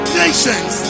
nations